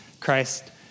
Christ